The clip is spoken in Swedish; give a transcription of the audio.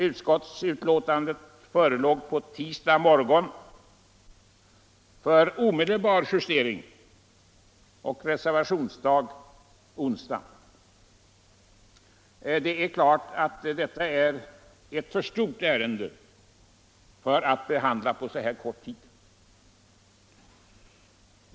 Utskottsbetänkandet förelåg på tisdagens morgon för omedelbar justering och reservationsdag var onsdagen. Det är klart att detta är ett för stort ärende att behandla på så kort tid.